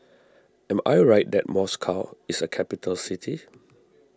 am I right that Moscow is a capital city